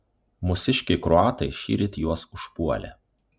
mūsiškiai kroatai šįryt juos užpuolė